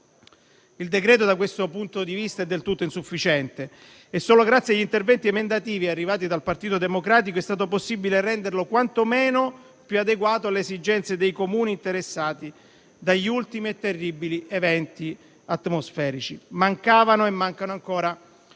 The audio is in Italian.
Il decreto-legge, da questo punto di vista, è del tutto insufficiente e, solo grazie agli interventi emendativi arrivati dal Partito Democratico, è stato possibile renderlo quantomeno più adeguato alle esigenze dei Comuni interessati dagli ultimi terribili eventi atmosferici. Mancavano e mancano ancora